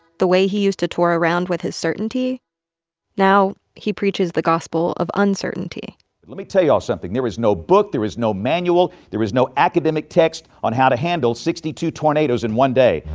the way he used to tour around with his certainty now he preaches the gospel of uncertainty let me tell you all something. there is no book. there is no manual. there is no academic text on how to handle sixty two tornadoes in one day.